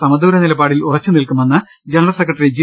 സമദൂരനിലപാടിൽ ഉറച്ചുനിൽക്കുമെന്ന് general secretary G